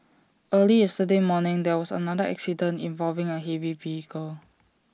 early yesterday morning there was another accident involving A heavy vehicle